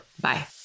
Bye